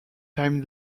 time